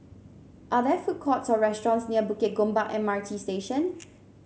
are there food courts or restaurants near Bukit Gombak M R T Station